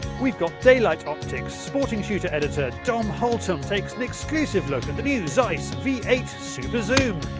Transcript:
we have got daylight optics, sporting shooting editor dom holtam takes an exclusive look at the new zeiss v eight super zoom.